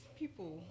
people